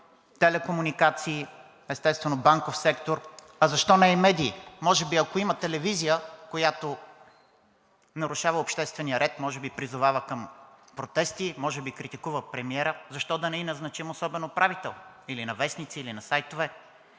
телекомуникации, естествено, банков сектор, а защо не и медии?! Може би, ако има телевизия, която нарушава обществения ред, може би призовава към протести, може би критикува премиера, защо да не ѝ назначим особен управител, или на вестници, или на сайтове?